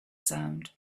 sound